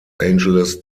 angeles